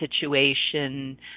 situation